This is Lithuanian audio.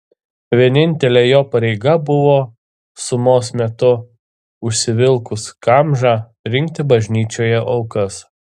vienintelė jo pareiga buvo sumos metu užsivilkus kamžą rinkti bažnyčioje aukas